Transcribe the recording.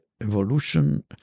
evolution